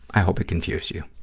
i hope it confused you.